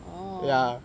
oh